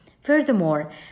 Furthermore